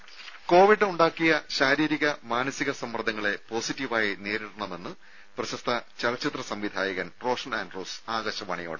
രും കോവിഡ് ഉണ്ടാക്കിയ ശാരീരിക മാനസിക സമ്മർദ്ദങ്ങളെ പോസിറ്റീവായി നേരിടണമെന്ന് പ്രശസ്ത ചലച്ചിത്ര സംവിധായകൻ റോഷൻ ആൻഡ്രൂസ് ആകാശവാണിയോട്